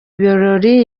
birori